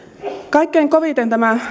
kaikkein koviten tämä